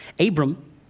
Abram